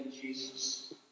Jesus